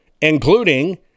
including